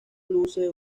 luce